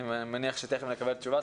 אני מניח שעוד מעט נקבל תשובה.